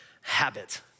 habit